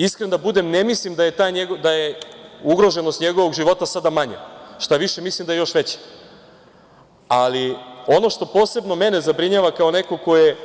Iskren da budem, ne mislim da je ugroženost njegovog života sada manja, šta više mislim da je još veća, ali ono što posebno mene zabrinjava kao nekog ko je,